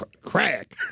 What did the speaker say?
Crack